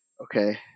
okay